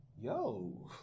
yo